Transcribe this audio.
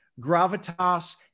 gravitas